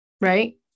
right